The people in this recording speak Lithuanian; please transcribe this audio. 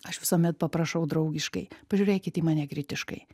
aš visuomet paprašau draugiškai pažiūrėkit į mane kritiškai